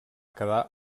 quedar